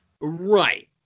right